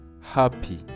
happy